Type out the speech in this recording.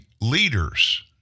leaders